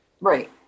Right